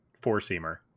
four-seamer